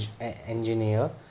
engineer